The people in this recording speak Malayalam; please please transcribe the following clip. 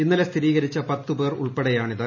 ഇന്നലെ സ്ഥിരീകരിച്ച പത്ത് പേർ ഉൾപ്പെടെയാണിത്